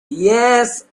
yes